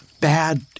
Bad